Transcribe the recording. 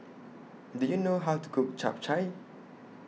Do YOU know How to Cook Chap Chai